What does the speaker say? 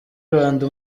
rwanda